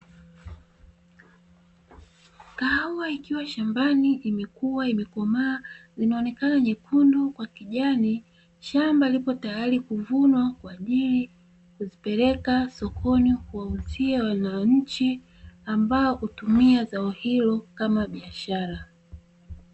Kahawa ikiwa shambani imekuwa na imekomaa inaonekana nyekundu kwa kijani. Shamba lipo tayari kuvunwa kwa ajili kuzipeleka sokoni kuwauzia wananchi ambao hutumia zao hilo kama biashara.